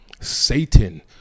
Satan